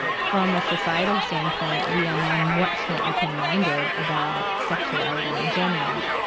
from a societal standpoint, we are now much more open-minded about sexuality in general,